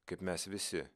kaip mes visi